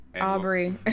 Aubrey